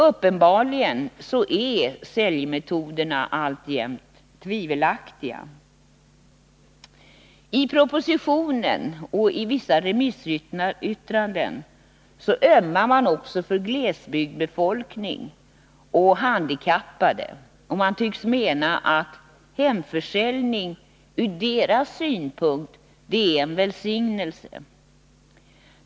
Uppenbarligen är säljmetoderna alltjämt tvivelaktiga. I propositionen och vissa remissyttranden ömmar man för glesbygdsbefolkning och handikappade och tycks mena att hemförsäljning ur deras synpunkt är en välsignelse.